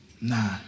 Nah